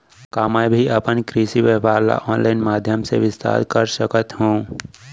का मैं भी अपन कृषि व्यापार ल ऑनलाइन माधयम से विस्तार कर सकत हो?